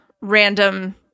random